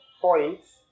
points